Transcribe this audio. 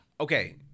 Okay